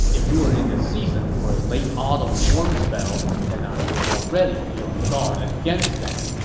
if we were in the season for a late-autumn warm spell, then i would already be on guard against that.